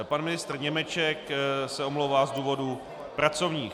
Pan ministr Němeček se omlouvá z důvodů pracovních.